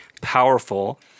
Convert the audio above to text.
powerful